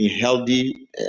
healthy